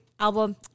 album